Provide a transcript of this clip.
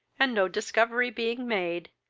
and no discovery being made,